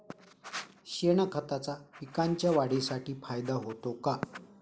शेणखताचा पिकांच्या वाढीसाठी फायदा होतो का?